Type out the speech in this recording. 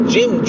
Jim